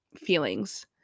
feelings